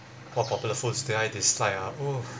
what popular foods did I dislike ah oo